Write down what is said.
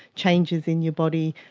changes in your body,